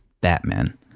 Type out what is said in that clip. Batman